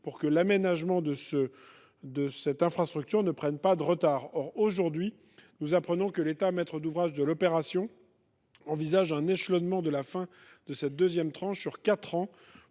et que l’aménagement de cette infrastructure ne prenne pas de retard. Or nous apprenons que l’État, maître d’ouvrage de l’opération, envisage un échelonnement de la fin de cette deuxième tranche sur quatre ans,